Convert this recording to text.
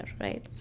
right